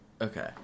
Okay